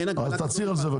אז תצהיר את זה.